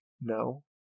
No